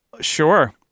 Sure